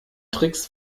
tricks